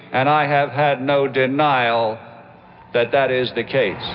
and i have had no denial that that is the case,